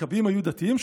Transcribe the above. המכבים היו דתיים?